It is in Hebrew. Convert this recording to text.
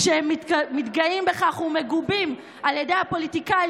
כשהם מתגאים בכך ומגובים על ידי הפוליטיקאים